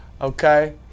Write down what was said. Okay